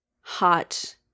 hot